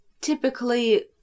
typically